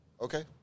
Okay